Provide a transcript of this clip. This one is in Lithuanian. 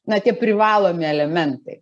na tie privalomi elementai